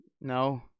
no